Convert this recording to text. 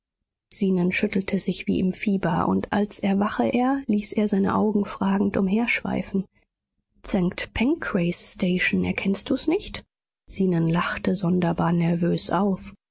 zenon schüttelte sich wie im fieber und als erwache er ließ er seine augen fragend umherschweifen st pancrace station erkennst du's nicht zenon lachte sonderbar nervös auf